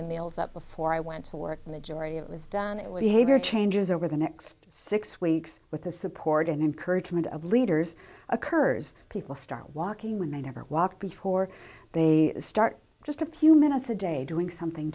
the meals up before i went to work majority it was done it was a khaybar changes over the next six weeks with the support and encouragement of leaders occurs people start walking when they never walk before they start just a few minutes a day doing something